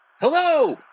Hello